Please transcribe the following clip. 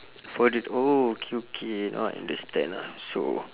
for the oh okay okay now I understand lah so